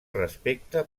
respecte